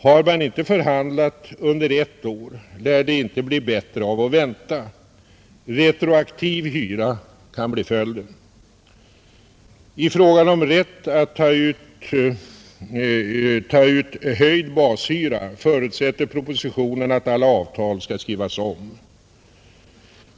Har man inte förhandlat under ett år lär det inte bli bättre av att vänta. Retroaktiv hyra kan bli följden. I fråga om rätt att ta ut höjd bashyra förutsätter propositionen att alla avtal skall skrivas om.